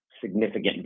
significant